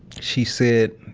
she said